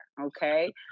Okay